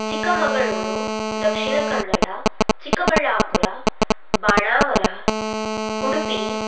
Chikkamagaluru Dakshina Kannada Chikkaballapur Banavar Udupi